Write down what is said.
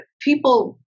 people